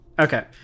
Okay